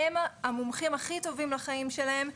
הם המומחים הכי טובים לחיים שלהם,